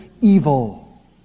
evil